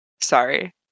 Sorry